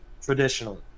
traditionally